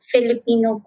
Filipino